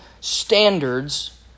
standards